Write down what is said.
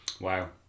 Wow